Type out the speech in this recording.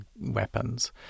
weapons